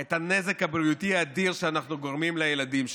את הנזק הבריאותי האדיר שאנחנו גורמים לילדים שלנו.